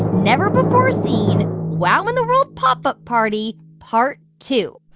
never-before-seen wow in the world pop up party part two